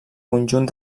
conjunt